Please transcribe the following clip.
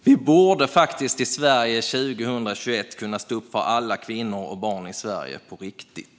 Vi borde faktiskt år 2021 kunna stå upp för alla kvinnor och barn i Sverige på riktigt.